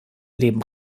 leben